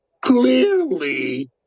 clearly